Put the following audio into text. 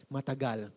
Matagal